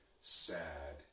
sad